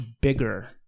bigger